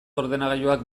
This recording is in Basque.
ordenagailuak